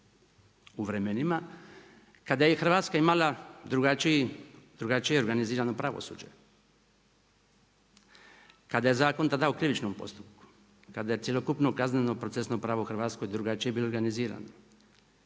u vremenima kada je Hrvatska imala drugačije organizirano pravosuđe. Kada je zakon tada u krivičnom postupku, kada je cjelokupno kazneno procesno pravo u Hrvatskoj drugačije bilo organizirano,